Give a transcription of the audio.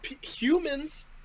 humans